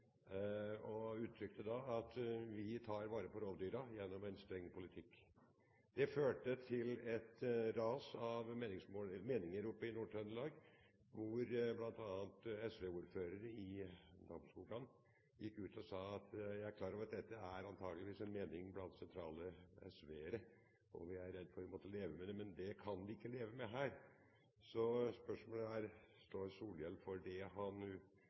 og han uttrykte at de tar vare på rovdyrene gjennom en streng politikk. Det førte til et ras av meninger oppe i Nord-Trøndelag, hvor bl.a. SV-ordføreren i Namsskogan gikk ut og sa at han var klar over at dette antakeligvis var en mening blant sentrale SV-ere, som han var redd for at man måtte leve med, men at de ikke kunne leve med det der. Spørsmålet er: Står Solhjell for det han